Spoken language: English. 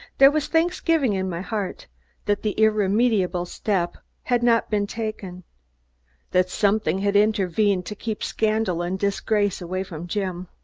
there was thanksgiving in my heart that the irremediable step had not been taken that something had intervened to keep scandal and disgrace away from jim.